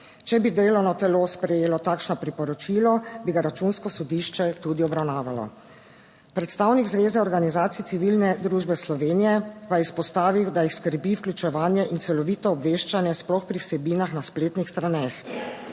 Če bi delovno telo sprejelo takšno priporočilo, bi ga Računsko sodišče tudi obravnavalo. Predstavnik Zveze organizacij civilne družbe Slovenije pa je izpostavil, da jih skrbi vključevanje in celovito obveščanje sploh pri vsebinah na spletnih straneh.